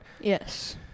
Yes